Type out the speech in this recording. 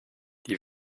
die